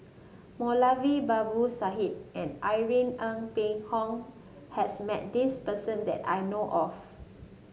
Moulavi Babu Sahib and Irene Ng Phek Hoong has met this person that I know of